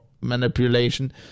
manipulation